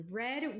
red